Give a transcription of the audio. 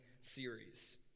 series